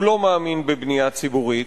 הוא לא מאמין בבנייה ציבורית,